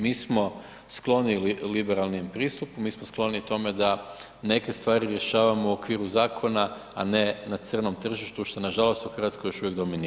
Mi smo skloni liberalnom pristupu, mi smo skloni tome da neke stvari rješavamo u okviru zakona, a ne na crnom tržištu, što nažalost u Hrvatskoj još uvijek dominira.